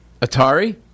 Atari